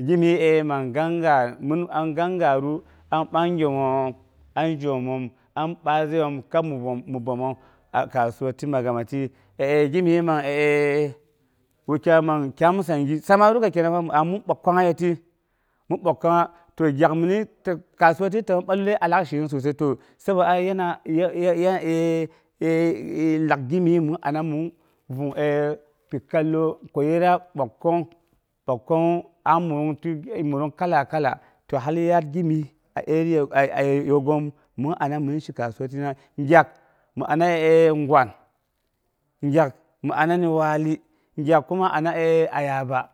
Ginni ma gangaar, min an gangaaru, an bagyoomom, am zhomom, ani bazaiyom kab mi bəma, a kasuwa ti magama, ginni ma əəi wukyai ma kyamsangii samaruka kenan fa mi a min bək kengnga, ye ti, min bək kongnga to gyak mini kasuwa ti tuwu a lak shinung sosai, sabo ayena lakdi min anang min anang vung bəkkong, bəkkongngu anni muyung kalla- kalla to har yaar gimyes a area a yegoom mi ana min shi kasuwa shina, gyak mi ani a gwan, gyak, gyak ni walli gyank, gyak mi ani ayaba,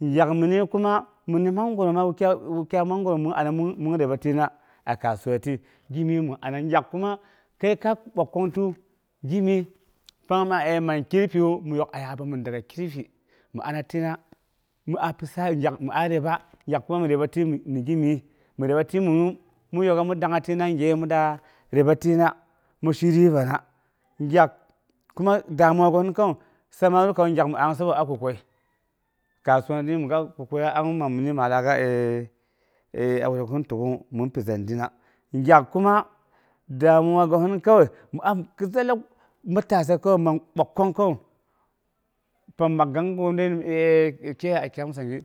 gyak minu kuma mi nimsin gula wukyai mangoro, min anna min rabatina a kasuwa ti, zhini mi ana ayak kuma kinkai bəkkondi mi yok pang ma kaffiwu ayaba min daga kirfi, mi ana tina. mi a pitsari gyak mi a yeba, gyak kuma mi gimis mi libatiminu, min yeba min dangnga ti bar gyeyəi midaas mi ana tina kaswa min dengi shi ribana. Gyak kuma damuwa gosɨn pang gyak damuragosɨn kowai samanika wu, gyuk mi a sabo man akukwəi, kasuwa bi kukwəi bi ga guk kukwəiyu ga guk sɨn təmongngu nan pi zindi, ayak kuma damuwa gosɨn kowai, mi a mi pi zalla matasa kowai mi a bəkkong kowai, pang mak gangago ni tiyar a kyam sangi